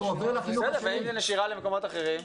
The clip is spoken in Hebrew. בסדר, ואם זה נשירה למקומות אחרים?